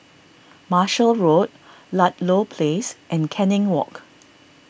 Marshall Road Ludlow Place and Canning Walk